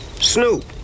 Snoop